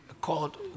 called